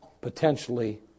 potentially